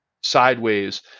sideways